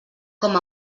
com